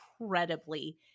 incredibly